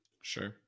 Sure